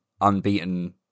unbeaten